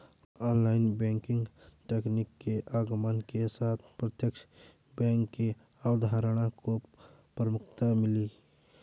online banking तकनीक के आगमन के साथ प्रत्यक्ष बैंक की अवधारणा को प्रमुखता मिली